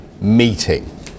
meeting